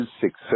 success